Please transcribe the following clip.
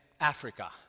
Africa